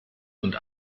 und